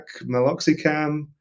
Meloxicam